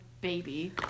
baby